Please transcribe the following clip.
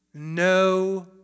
No